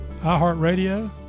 iHeartRadio